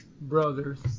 brothers